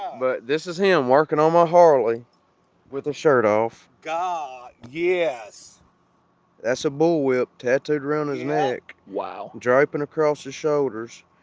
but this is him working on my harley with a shirt off god, yes that's a bullwhip tattooed around his neck wow drapin' across his shoulders,